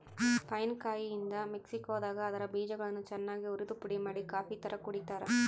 pine ಕಾಯಿಯಿಂದ ಮೆಕ್ಸಿಕೋದಾಗ ಅದರ ಬೀಜಗಳನ್ನು ಚನ್ನಾಗಿ ಉರಿದುಪುಡಿಮಾಡಿ ಕಾಫಿತರ ಕುಡಿತಾರ